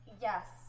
Yes